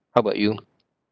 how about you